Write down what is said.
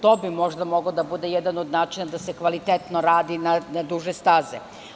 To bi možda mogao da bude jedan od načina da se kvalitetno radi na duže staze.